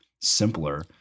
simpler